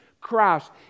Christ